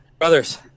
brothers